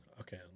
Okay